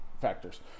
factors